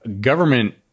government